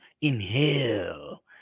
inhale